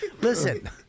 Listen